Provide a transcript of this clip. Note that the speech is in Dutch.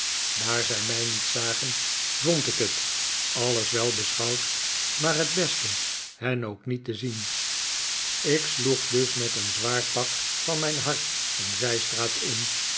daar zij mij niet zagen vond ik het alles wel beschouwd maar het beste hen ook niet te zien ik sloeg dus met een zwaar pak van mijn hart een zijstraat in